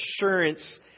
assurance